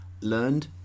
learned